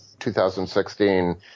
2016